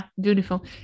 beautiful